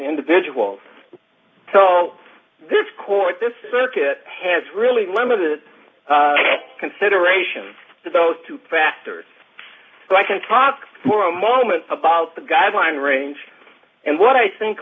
individuals so this court this circuit has really limited consideration to those two factors so i can talk for a moment about the guideline range and what i think